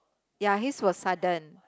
ya he was sudden